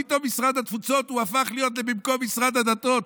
פתאום משרד התפוצות הפך להיות במקום משרד הדתות.